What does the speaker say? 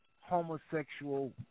homosexual